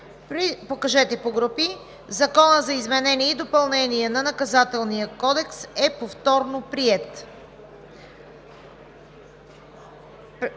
е прието. Законът за изменение и допълнение на Наказателния кодекс е повторно приет.